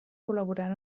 col·laborant